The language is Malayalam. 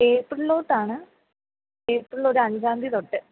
ഏപ്രിൽ തൊട്ടാണ് ഏപ്രിലിൽ ഒരു അഞ്ചാം തീയതി തൊട്ട്